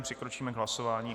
Přikročíme k hlasování.